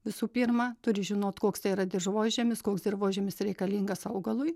visų pirma turi žinot koks tai yra dirvožemis koks dirvožemis reikalingas augalui